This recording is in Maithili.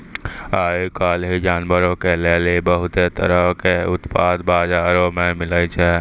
आइ काल्हि जानवरो के लेली बहुते तरहो के उत्पाद बजारो मे मिलै छै